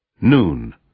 Noon